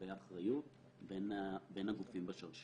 לגבי אחריות בין הגופים בשרשרת.